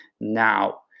now